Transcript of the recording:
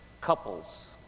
Couples